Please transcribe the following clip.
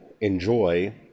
enjoy